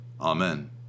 Amen